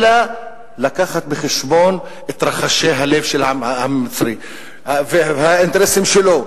אלא להביא בחשבון את רחשי הלב של העם המצרי והאינטרסים שלו,